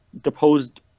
deposed